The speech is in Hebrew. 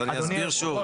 אז אני אסביר שוב.